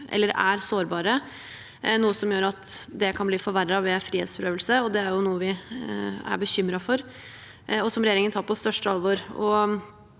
noe som gjør at de kan bli verre ved frihetsberøvelse. Det er noe vi er bekymret for, og som regjeringen tar på største alvor.